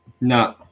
no